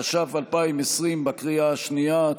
התש"ף 2020, בקריאה השנייה.